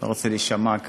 אני לא רוצה להישמע כזה,